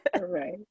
Right